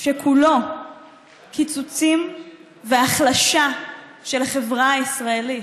שכולו קיצוצים והחלשה של החברה הישראלית.